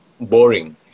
boring